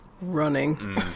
running